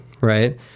right